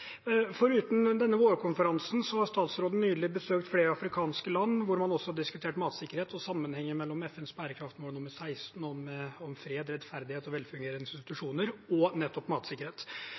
denne vårkonferansen har statsråden nylig besøkt flere afrikanske land, hvor man også har diskutert matsikkerhet og sammenhenger mellom FNs bærekraftsmål nr. 16, om fred, rettferdighet og velfungerende institusjoner – og nettopp matsikkerhet.